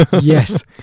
Yes